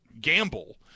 gamble